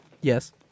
Yes